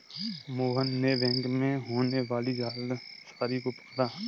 मोहन ने बैंक में होने वाली जालसाजी को पकड़ा